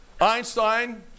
Einstein